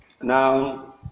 Now